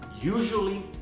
Usually